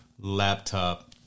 laptop